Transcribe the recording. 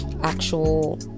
actual